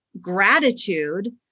gratitude